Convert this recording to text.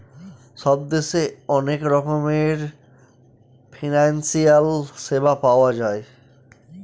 সব দেশে অনেক রকমের ফিনান্সিয়াল সেবা পাওয়া যায়